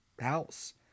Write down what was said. house